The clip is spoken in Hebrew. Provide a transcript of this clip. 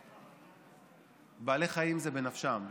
שבעלי חיים הם בנפשם,